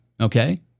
okay